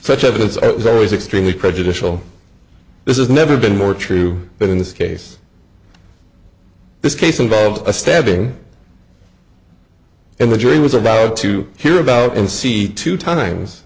such evidence i was always extremely prejudicial this is never been more true but in this case this case involves a stabbing and the jury was about to hear about and see two times